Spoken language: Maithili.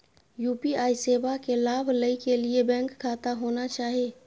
यू.पी.आई सेवा के लाभ लै के लिए बैंक खाता होना चाहि?